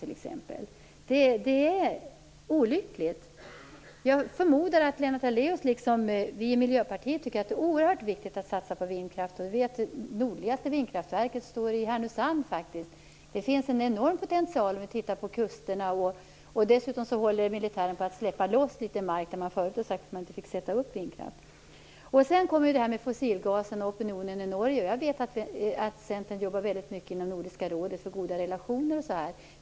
Det som sker är olyckligt. Jag förmodar att Lennart Daléus liksom vi i Miljöpartiet tycker att det är oerhört viktigt att satsa på vindkraft. Vi vet att det nordligaste vindkraftverket faktiskt står i Härnösand. Man kan se att det finns en enorm potential om man tittar på kusterna. Dessutom håller militären på att släppa loss litet mark där de förut har sagt att man inte har fått sätta upp vindkraftverk. Sedan kommer frågan om fossilgas och opinionen i Norge. Jag vet att Centern jobbar väldigt mycket inom Nordiska rådet för att skapa goda relationer.